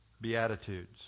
Beatitudes